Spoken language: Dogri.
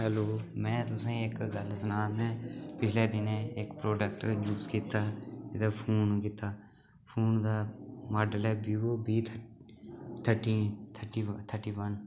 हैलो में तुसेंगी इक गल्ल सनां में पिछले दिनें इक प्रोडक्ट यूज़ कीता एह्दा फोन कीता फोन दा माडल ऐ Vivo V thirty thirteen thirty thirty one